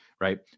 right